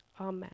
amen